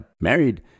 married